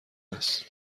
است